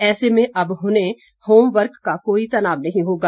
ऐसे में अब उन्हें होम वर्क का कोई तनाव नहीं होगा